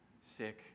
sick